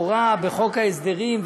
מקורה בחוק ההסדרים,